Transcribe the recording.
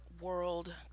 World